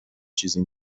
چیزی